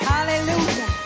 Hallelujah